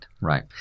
right